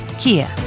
Kia